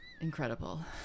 Incredible